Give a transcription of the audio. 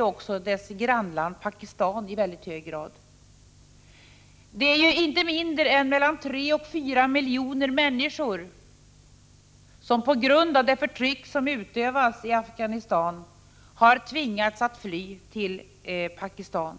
också Afghanistans grannland Pakistan i mycket hög grad. Det är inte mindre än mellan tre och fyra miljoner människor som på grund av det förtryck som utövas i Afghanistan har tvingats att fly till Pakistan.